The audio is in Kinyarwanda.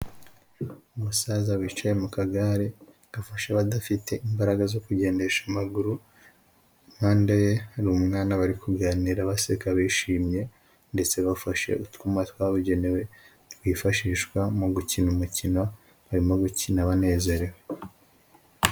Umusaza wicaye mu kagare gafasha abadafite imbaraga zo kugendesha amaguru, impande ye hari umwana bari kuganira baseka bishimye ndetse bafashe utwuma twabugenewe twifashishwa mu gukina umukino barimo gukina banezerewe.